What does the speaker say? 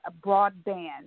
broadband